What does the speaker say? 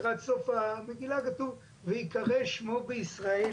של מי שמוצא את מותו בתאונת דרכים סתם